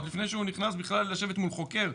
עוד לפני שהוא נכנס בכלל לשבת מול חוקר.